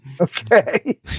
Okay